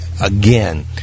again